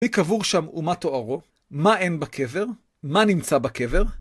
מי קבור שם ומה תוארו? מה אין בקבר? מה נמצא בקבר?